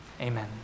Amen